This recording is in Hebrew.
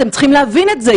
אתם צריכים להבין את זה.